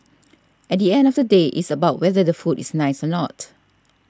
at the end of the day it's about whether the food is nice or not